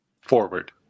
Forward